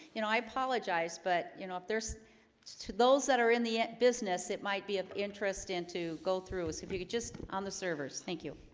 you know i apologize but you know if there's to those that are in the business it might be of interest in to go through if you could just on the servers. thank you